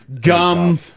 gum